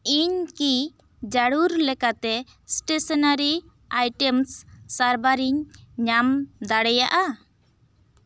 ᱤᱧ ᱠᱤ ᱡᱟᱲᱩᱨ ᱞᱮᱠᱟᱛᱮ ᱥᱴᱮᱥᱚᱱᱟᱨᱤ ᱟᱭᱴᱮᱢᱥ ᱥᱟᱨᱵᱷᱟᱨᱤᱧ ᱧᱟᱢ ᱫᱟᱲᱮᱭᱟᱜᱼᱟ